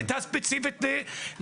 הוועדה פעלה באופן תקין לחלוטין וכחוק.